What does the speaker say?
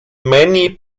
many